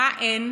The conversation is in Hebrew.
מה אין?